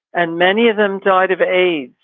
and many of them died of aids.